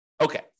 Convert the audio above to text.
Okay